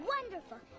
Wonderful